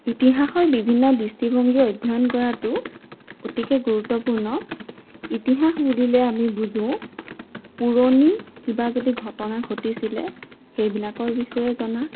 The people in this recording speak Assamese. ইতিহাসৰ বিভিন্ন দৃষ্টিভংগী অধ্যয়ন কৰাটো অতিকৈ গুৰুত্বপূৰ্ণ ইতিহাস বুলিলে আমি বুজোঁ পুৰণি কিবা যদি ঘটনা ঘটিছিলে সেইবিলাকৰ বিষয়ে জনা